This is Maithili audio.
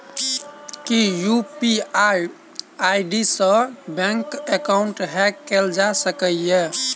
की यु.पी.आई आई.डी सऽ बैंक एकाउंट हैक कैल जा सकलिये?